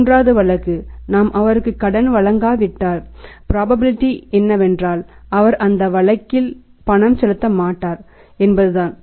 மூன்றாவது வழக்கு நாம் அவருக்கு கடன் வழங்காவிட்டால் ப்ராபபிலிடீ என்னவென்றால் அவர் அந்த வழக்கில் பணம் செலுத்த மாட்டார் என்பதுதான்